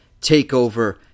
takeover